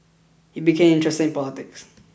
he became interested in politics